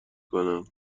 کنم